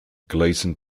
gleason